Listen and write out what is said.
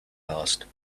asked